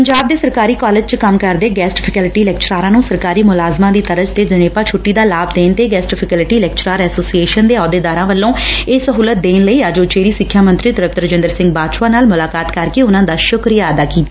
ਪੰਜਾਬ ਦੇ ਸਰਕਾਰੀ ਕਾਲਜ ਚ ਕੰਮ ਕਰਦੇ ਗੈਸਟ ਫੈਕਲਟੀ ਲੈਕਚਰਾਰਾਂ ਨੂੰ ਸਰਕਾਰੀ ਮੁਲਾਜ਼ਮਾਂ ਦੀ ਤਰਜ਼ ਤੇ ਜਣੇਪਾ ਛੁੱਟੀ ਦਾ ਲਾਭ ਦੇਣ ਤੇ ਗੈਸਟ ਫੈਕਲਟੀ ਲੈਕਚਰਾਰ ਐਸੋਸੀਏਸ਼ਨ ਦੇ ਅਹੁੱਦੇਦਾਰਾਂ ਵੱਲੋ ਇਹ ਸਹੁਲਤ ਦੇਣ ਲਈ ਅੱਜ ਉਚੇਰੀ ਸਿੱਖਿਆ ਮੰਤਰੀ ਤ੍ਰਿਪਤ ਰਜੰਦਰ ਸੰਘ ਬਾਜਵਾ ਨਾਲ ਮੁਲਾਕਾਤ ਕਰਕੇ ਉਨ੍ਹਾਂ ਦਾ ਸੁਕਰੀਆ ਅਦਾ ਕੀਤਾ